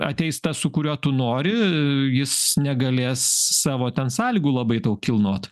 ateis tas su kuriuo tu nori jis negalės savo ten sąlygų labai tau kilnot